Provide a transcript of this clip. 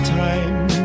time